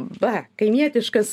va kaimietiškas